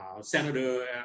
Senator